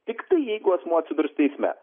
tiktai jeigu asmuo atsidurs teisme